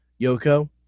Yoko